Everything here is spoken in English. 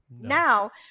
Now